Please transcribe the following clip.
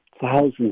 thousands